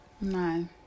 No